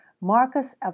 marcus